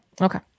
Okay